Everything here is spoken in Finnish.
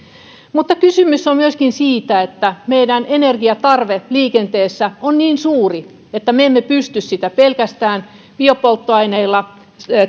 kysymys on myöskin siitä että meidän energiantarve liikenteessä on niin suuri että me emme pysty sitä pelkästään biopolttoaineilla